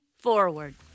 forward